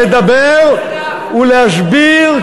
לדבר ולהסביר,